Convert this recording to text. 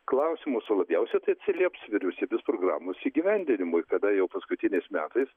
klausimus o labiausia tai atsilieps vyriausybės programos įgyvendinimui kada jau paskutiniais metais